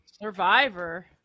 survivor